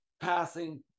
passing